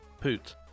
Poot